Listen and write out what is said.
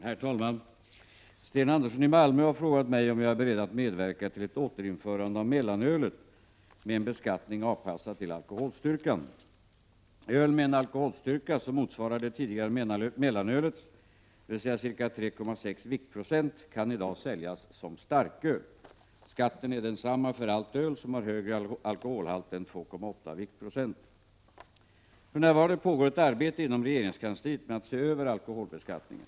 Herr talman! Sten Andersson i Malmö har frågat mig om jag är beredd att medverka till ett återinförande av mellanölet med en beskattning avpassad till alkoholstyrkan. Öl med en alkoholstyrka som motsvarar det tidigare mellanölets, dvs. ca 3,6 viktprocent, kan i dag säljas som starköl. Skatten är densamma för allt öl som har högre alkoholhalt än 2,8 viktprocent. För närvarande pågår ett arbete inom regeringskansliet med att se över alkoholbeskattningen.